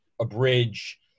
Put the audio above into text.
abridge